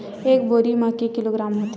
एक बोरी म के किलोग्राम होथे?